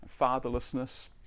fatherlessness